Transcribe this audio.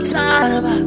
time